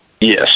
Yes